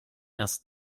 erst